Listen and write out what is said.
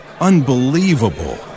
Unbelievable